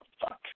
Fuck